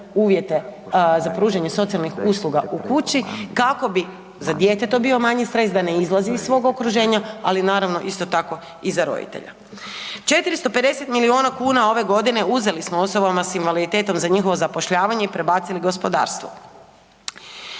uvjete za pružanje socijalnih usluga u kući kako bi za dijete to bio manji stres da ne izlazi iz svog okruženja, ali naravno isto tako i za roditelja. 450 milijuna kuna ove godine uzeli smo osobama s invaliditetom za njihovo zapošljavanje i prebacili gospodarstvu.